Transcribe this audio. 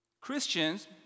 Christians